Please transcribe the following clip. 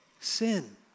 sin